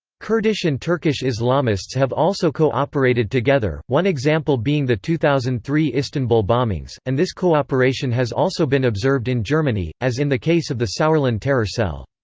kurdish and turkish islamists have also co-operated together, one example being the two thousand and three istanbul bombings, and this co-operation has also been observed in germany, as in the case of the sauerland terror cell.